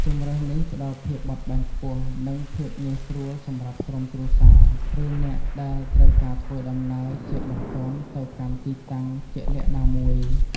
ជម្រើសនេះផ្តល់ភាពបត់បែនខ្ពស់និងភាពងាយស្រួលសម្រាប់ក្រុមគ្រួសារឬអ្នកដែលត្រូវការធ្វើដំណើរជាបន្ទាន់ទៅកាន់ទីតាំងជាក់លាក់ណាមួយ។